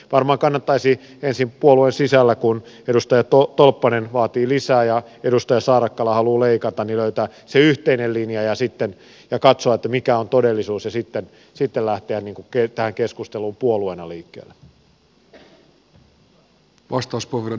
varmaan kannattaisi ensin puolueen sisällä kun edustaja tolppanen vaatii lisää ja edustaja saarakkala haluaa leikata löytää se yhteinen linja ja katsoa mikä on todellisuus ja sitten lähteä tähän keskusteluun puolueena liikkeelle